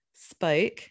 Spoke